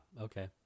okay